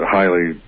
highly